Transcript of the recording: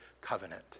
covenant